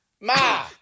Ma